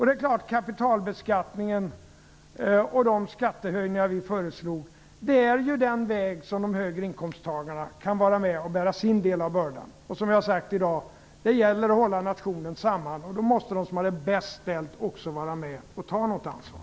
De höjningar av kapitalbeskattningen som vi har föreslagit är det sätt på vilket de högre inkomsttagarna kan vara med och bära sin del av bördan. Som jag har sagt i dag: Det gäller att hålla samman nationen, och då måste de som har det bäst ställt också vara med och ta ansvar.